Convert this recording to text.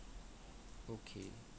okay